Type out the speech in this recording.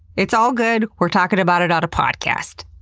it's all good we're talking about it on a podcast.